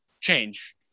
change